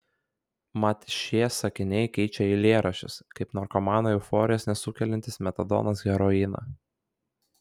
mat šie sakiniai keičia eilėraščius kaip narkomanui euforijos nesukeliantis metadonas heroiną